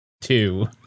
two